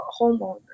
homeowner